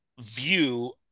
View